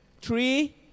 Three